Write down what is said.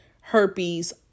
herpes